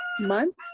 month